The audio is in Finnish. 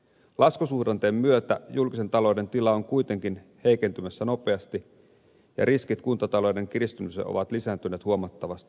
laskusuhdanteen myötä julkisen talouden tila on kuitenkin heikentymässä nopeasti ja riskit kuntatalouden kiristymiseen ovat lisääntyneet huomattavasti